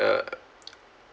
uh